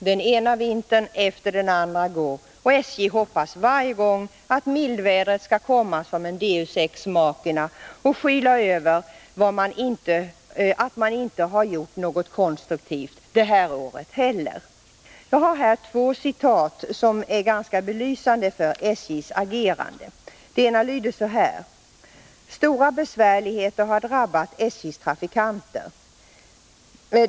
Den ena vintern efter den andra går, och SJ hoppas varje gång att mildvädret skall komma som en deus ex machina och skyla över att man inte gjort något konstruktivt det här året heller. Jag har här två citat som är ganska belysande för SJ:s agerande. Det ena lyder så här: ”Stora besvärligheter har drabbat SJ:s trafikanter.